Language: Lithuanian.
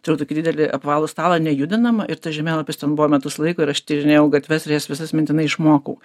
turiu tokį didelį apvalų stalą nejudinamą ir tas žemėlapis ten buvo metus laiko ir aš tyrinėjau gatves ir jas visas mintinai išmokau